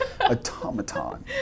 automaton